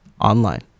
online